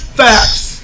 facts